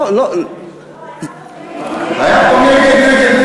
לא, לא, היה פה נגד.